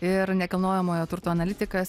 ir nekilnojamojo turto analitikas